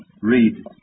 read